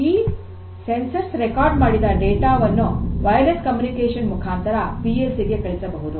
ಈ ಸಂವೇದಕಗಳು ರೆಕಾರ್ಡ್ ಮಾಡಿದ ಡೇಟಾ ವನ್ನು ವಯರ್ಲೆಸ್ ಕಮ್ಯುನಿಕೇಷನ್ ಮುಖಾಂತರ ಪಿ ಎಲ್ ಸಿ ಗೆ ಕಳುಹಿಸಬಹುದು